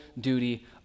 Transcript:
duty